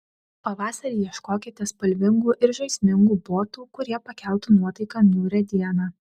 pavasarį ieškokite spalvingų ir žaismingų botų kurie pakeltų nuotaiką niūrią dieną